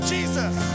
Jesus